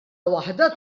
waħda